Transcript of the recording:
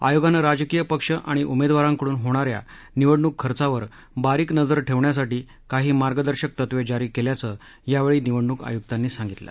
आयोगानं राजकीय पक्ष आणि उमेदवारांकडून होणाऱ्या निवडणूक खर्चावर बारीक नजर ठेवण्यासाठी काही मार्गदर्शक तत्वे जारी केल्याचं यावेळी निडणूक आयुक्तांनी सांगितलं